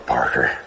Parker